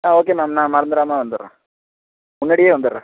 ஆ okay ma'am நான் மறந்துடாம வந்துடுறேன் முன்னடியே வந்துடுறேன்